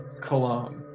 cologne